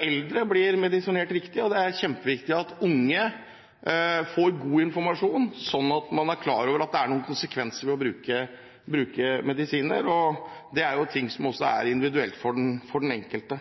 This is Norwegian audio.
eldre blir medisinert riktig, og det er kjempeviktig at unge får god informasjon, sånn at man er klar over at det følger noen konsekvenser med å bruke medisiner. Det er jo også noe som er individuelt for den enkelte.